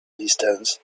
distance